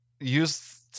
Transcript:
use